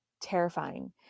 terrifying